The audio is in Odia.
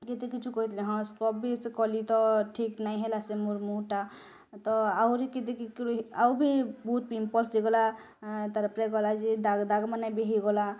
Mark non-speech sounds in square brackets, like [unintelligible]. ଯେତେ କିଛୁ କହି ଦେଲେ ହଁ ସ୍କ୍ରବ୍ ବି ସେ କଲି ତ ଠିକ୍ ନାଇଁ ହେଲା ସେ ମୋର ମୁହୁଁ ଟା ତ ଆହୁରି [unintelligible] ଆଉ ଭି ବହୁତ୍ ପିମ୍ପଲସ୍ ହେଇଗଲା ତାର୍ ପରେ ଗଲା ଯେ ଦାଗ୍ ଦାଗ୍ ମାନେ ବି ହେଇଗଲା